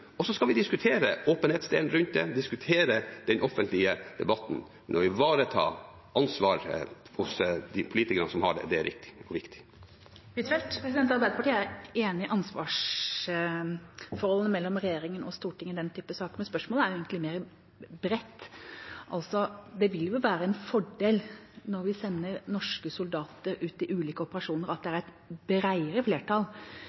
og så skal vi diskutere åpenhetsdelen rundt det, diskutere den offentlige debatten. Men å ivareta ansvaret hos de politikerne som har det, er riktig og viktig. Arbeiderpartiet er enig i ansvarsforholdene mellom regjeringa og Stortinget i denne type saker, men spørsmålet er egentlig bredere. Det vil jo være en fordel når vi sender norske soldater ut i ulike operasjoner, at det i disse sakene er et bredere flertall